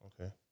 Okay